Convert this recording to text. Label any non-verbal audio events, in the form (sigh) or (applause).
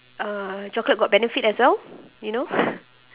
uh chocolate got benefit as well you know (breath)